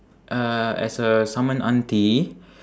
uh as a saman auntie